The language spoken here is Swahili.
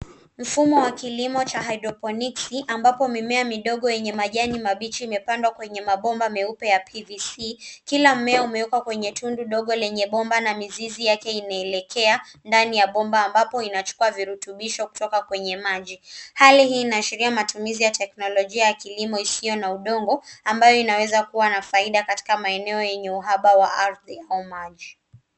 Mifimo ya kilimo ya hydroponics ambapo mimea midogo yenye majani mabichi imepandwa kwenye mabomba meupe ya PVC. Kila mmea umewekwa kwenye tundu dogo lenye bomba na miziz yake inaelekea ndani ya bomba ambapo inachukua virutubisho kutoka kwenye maji. hali hii inaashiria matumizi ya teknolojia ya kilimo isiyo na udongo ambayo inaweza kuwa na faida katika maeneo yenye uhaba wa ardhi au maji.